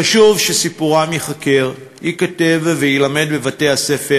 חשוב שסיפורם ייחקר, ייכתב ויילמד בבתי-הספר.